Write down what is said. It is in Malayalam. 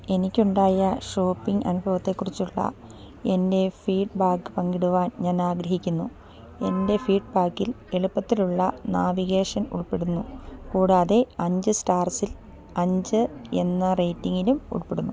എനിക്കുണ്ടായ ഷോപ്പിംഗ് അനുഭവത്തെക്കുറിച്ചുള്ള എൻ്റെ ഫീഡ്ബാക്ക് പങ്കിടുവാൻ ഞാൻ ആഗ്രഹിക്കുന്നു എൻ്റെ ഫീഡ്ബാക്കിൽ എളുപ്പത്തിലുള്ള നാവിഗേഷൻ ഉൾപ്പെടുന്നു കൂടാതെ അഞ്ച് സ്റ്റാർസിൽ അഞ്ച് എന്ന റേറ്റിംഗിലും ഉൾപ്പെടുന്നു